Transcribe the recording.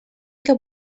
que